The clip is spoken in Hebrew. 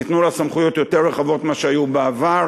ניתנו לה סמכויות יותר רחבות מאשר היו בעבר.